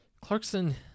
Clarkson